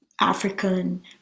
African